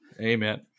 Amen